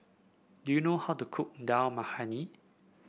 do you know how to cook Dal Makhani